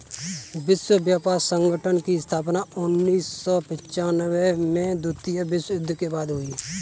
विश्व व्यापार संगठन की स्थापना उन्नीस सौ पिच्यानबें में द्वितीय विश्व युद्ध के बाद हुई